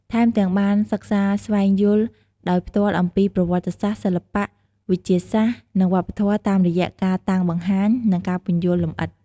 ថែមទាំងបានសិក្សាស្វែងយល់ដោយផ្ទាល់អំពីប្រវត្តិសាស្ត្រ សិល្បៈ វិទ្យាសាស្ត្រ និងវប្បធម៌តាមរយៈការតាំងបង្ហាញ និងការពន្យល់លម្អិត។